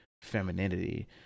femininity